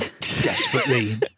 desperately